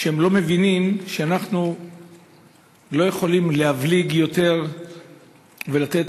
הם לא מבינים שאנחנו לא יכולים להבליג יותר ולתת